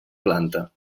planta